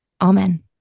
Amen